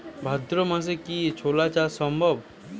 ভাদ্র মাসে কি ছোলা চাষ সম্ভব?